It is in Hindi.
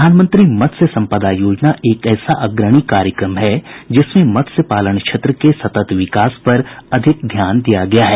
प्रधानमंत्री मत्स्य संपदा योजना एक ऐसा अग्रणी कार्यक्रम है जिसमें मत्स्य पालन क्षेत्र के सतत विकास पर अधिक ध्यान दिया गया है